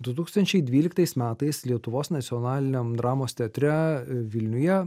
du tūkstančiai dvyliktais metais lietuvos nacionaliniam dramos teatre vilniuje